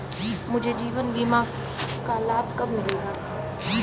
मुझे जीवन बीमा का लाभ कब मिलेगा?